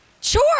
Sure